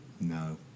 No